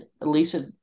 Lisa